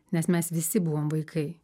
nes mes visi buvom vaikai